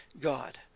God